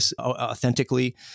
authentically